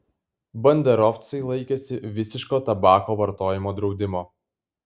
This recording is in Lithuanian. banderovcai laikėsi visiško tabako vartojimo draudimo